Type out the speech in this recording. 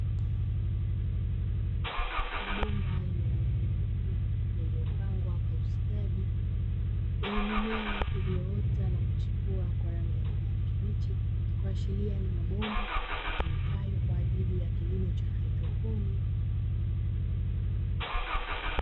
Mabomba yenye rangi nyeupe yaliopangwa kwa ustadi yenye mimea iliyoota na kuchipua kwa rangi ya kijani kibichi, kuashiria ni mabomba yatumikayo kwa ajili ya kilimo cha haidroponi.